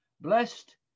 blessed